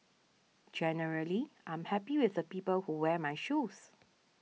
generally I'm happy with the people who wear my shoes